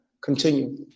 continue